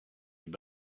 your